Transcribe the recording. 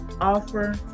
offer